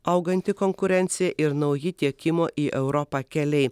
auganti konkurencija ir nauji tiekimo į europą keliai